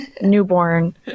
newborn